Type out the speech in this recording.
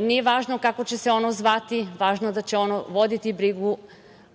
Nije važno kako će se ono zvati, važno je da će ono voditi brigu